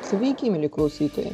sveiki mieli klausytojai